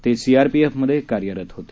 ते सीआरपीएफमध्ये कार्यरत होते